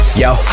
yo